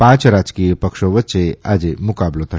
પાંચ રાજકીય પક્ષો વચ્ચે મુકાબલો છે